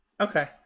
Okay